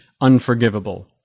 unforgivable